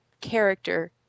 character –